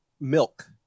milk